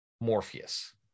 Morpheus